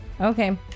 Okay